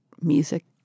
music